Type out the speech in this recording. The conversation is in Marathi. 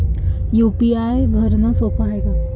यू.पी.आय भरनं सोप हाय का?